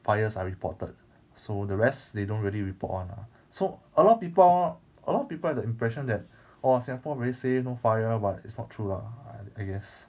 fires are reported so the rest they don't really report one ah so a lot of people a lot of people have the impression that orh singapore very safe no fire but it's not true lah I I guess